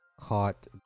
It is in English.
caught